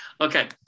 Okay